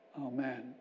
Amen